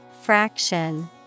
Fraction